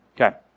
Okay